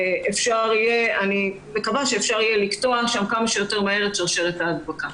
אני מקווה שאפשר יהיה לקטוע שם כמה שיותר מהר את שרשרת ההדבקה.